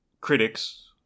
critics